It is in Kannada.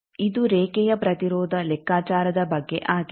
ಇದು ರೇಖೆಯ ಪ್ರತಿರೋಧ ಲೆಕ್ಕಾಚಾರದ ಬಗ್ಗೆ ಆಗಿದೆ